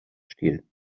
stil